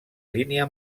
línia